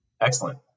Excellent